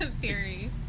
theory